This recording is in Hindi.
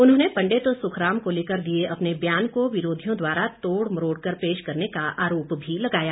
उन्होंने पंडित सुखराम को लेकर दिए अपने ब्यान को विरोधियों द्वारा तोड़ मरोड़ कर पेश करने का आरोप भी लगाया